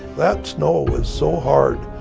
that snow was so hard,